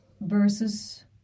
versus